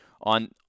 on